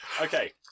Okay